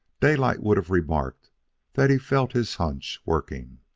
daylight would have remarked that he felt his hunch working.